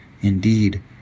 Indeed